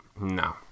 No